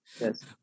Yes